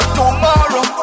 tomorrow